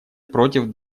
против